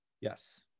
Yes